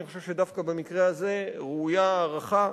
אני חושב שדווקא במקרה הזה ראויה ההערכה,